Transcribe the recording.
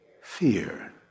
Fear